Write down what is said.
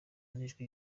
n’ijwi